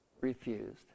refused